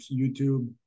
YouTube